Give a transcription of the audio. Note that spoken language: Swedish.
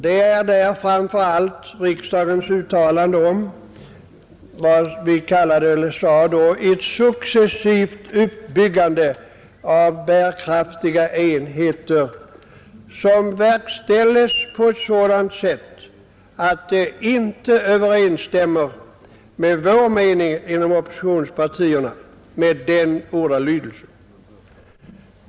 Det är framför allt riksdagens uttalande om vad vi kallade ett successivt uppbyggande av bärkrattiga enheter som förverkligats på ett sätt som enligt vår mening inom oppositionspartierna inte överensstämmer med ordalydelsen.